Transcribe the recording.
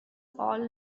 all